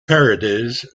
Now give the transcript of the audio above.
parodies